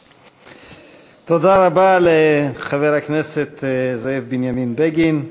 תודה רבה לחבר הכנסת זאב בנימין בגין.